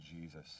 Jesus